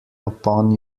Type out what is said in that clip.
upon